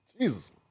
Jesus